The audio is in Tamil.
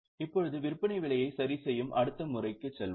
இப்போது விற்பனை விலையை சரிசெய்யும் அடுத்த முறைக்கு செல்வோம்